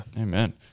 Amen